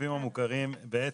הגופים המוכרים בעצם,